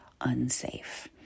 unsafe